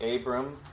Abram